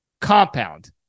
compound